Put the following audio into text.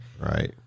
Right